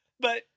But-